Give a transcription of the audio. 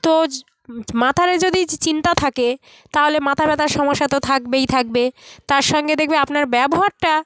তো মাথায় যদি চিন্তা থাকে তাহলে মাথাব্যথার সমস্যা তো থাকবেই থাকবে তার সঙ্গে দেখবে আপনার ব্যবহারটা